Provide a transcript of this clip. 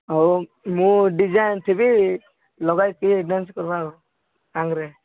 ହଉ ମୁଁ ଡିଜେ ଆଣିଥିବି ଲଗାଇକି ଡାନ୍ସ କରିବା ଆଉ ସାଙ୍ଗରେ